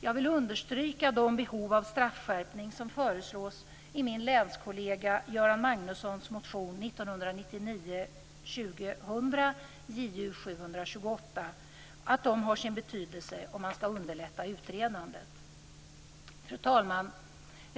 Jag vill understryka att de behov av straffskärpning som föreslås i min länskollega Göran Magnussons motion 1999/2000:Ju728 har sin betydelse om man ska underlätta utredandet. Fru talman!